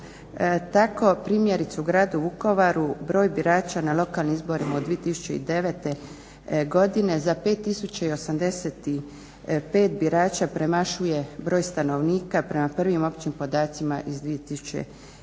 Tako primjerice u gradu Vukovaru broj birača na lokalnim izborima 2009.godine za 5085 birača premašuje broj stanovnika prema prvim općim podacima iz